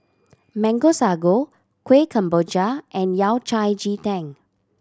Mango Sago Kuih Kemboja and Yao Cai ji tang